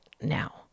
Now